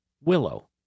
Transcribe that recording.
Willow